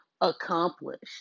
accomplished